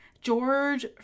George